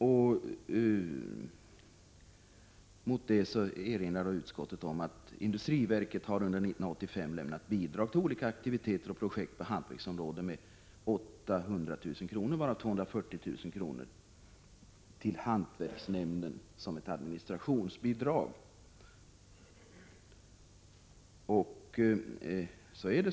Utskottet erinrar om att industriverket under 1985 har lämnat bidrag till olika aktiviteter och projekt på hantverksområdet med 800 000 kr., varav 240 000 till hantverksnämnden som ett administrationsbidrag.